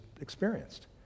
experienced